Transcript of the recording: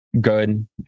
good